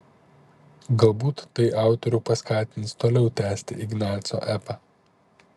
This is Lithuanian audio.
galbūt tai autorių paskatins toliau tęsti ignaco epą